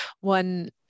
one